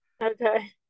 okay